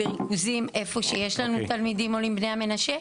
בריכוזים בהם יש תלמידים עולים בני המנשה.